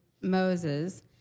Moses